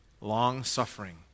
long-suffering